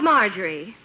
Marjorie